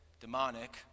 demonic